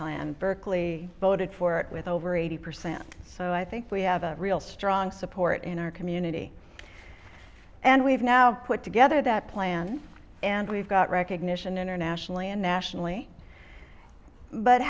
plan berkeley voted for it with over eighty percent so i think we have a real strong support in our community and we've now put together that plan and we've got recognition internationally and nationally but